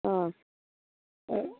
অঁ